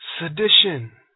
Sedition